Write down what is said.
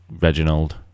Reginald